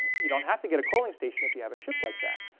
you don't have to get a coaling station if you have a ship like that.